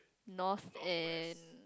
north is